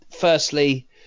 Firstly